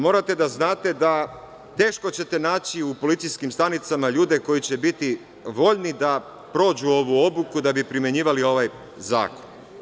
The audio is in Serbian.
Morate da znate da ćete teško naći u policijskim stanicama ljude koji će biti voljni da prođu ovu obuku da bi primenjivali ovaj zakon.